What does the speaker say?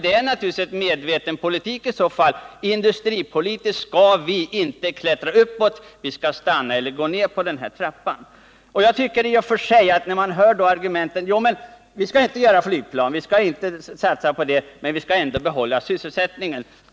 Det vore i så fall en medveten politik industripolitiskt sett. Vi skall stanna där vi befinner oss eller gå nedför trappan. Somliga anser att vi inte skall tillverka flygplan och satsa på sådan industri men att vi ändå skall behålla sysselsättningen.